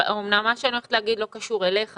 אמנם מה שאני הולכת לומר לא קשור אליך